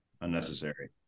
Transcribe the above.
Unnecessary